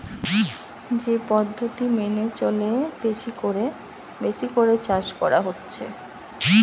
যে পদ্ধতি মেনে চলে বেশি কোরে বেশি করে চাষ করা হচ্ছে